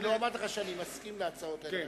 אני לא אמרתי לך שאני מסכים להצעות האלה.